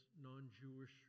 non-Jewish